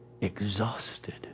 exhausted